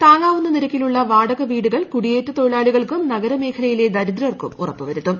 താങ്ങാവുന്ന നിരക്കിലുള്ള വാടക വീടുകൾ കുടിയേറ്റ തൊഴിലാളികൾക്കും നഗര മേഖലൂയിലെ ദരിദ്രർക്കും ഉറപ്പു വരുത്തും